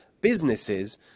businesses